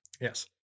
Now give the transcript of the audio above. Yes